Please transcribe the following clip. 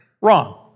wrong